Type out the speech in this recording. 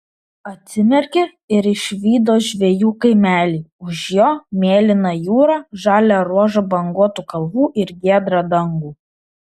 atsimerkė ir išvydo žvejų kaimelį už jo mėlyną jūrą žalią ruožą banguotų kalvų ir giedrą dangų